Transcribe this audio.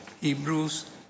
Hebrews